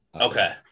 Okay